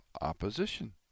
opposition